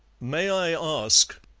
may i ask,